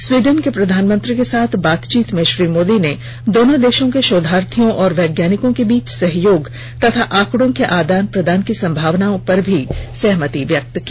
Sweden के प्रधानमंत्री के साथ बातचीत में श्री मोदी ने दोनों देशों के शोधार्थियों और वैज्ञानिकों के बीच सहयोग तथा आंकड़ों के आदान प्रदान की संभावनाओं पर भी सहमति व्यक्त की